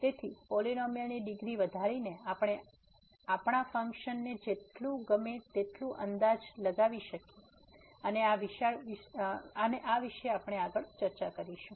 તેથી પોલીનોમીઅલ ની ડિગ્રી વધારીને આપણે આપણા ફંક્શનને જેટલું ગમે તેટલું અંદાજ લગાવી શકીએ છીએ અને આ વિશે આગળ ચર્ચા કરીશું